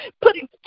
putting